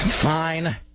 Fine